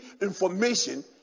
information